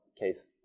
case